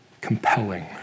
Compelling